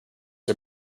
are